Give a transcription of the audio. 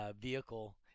vehicle